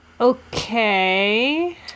okay